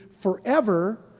forever